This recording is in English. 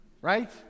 right